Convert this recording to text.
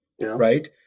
right